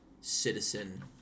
citizen